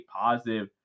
positive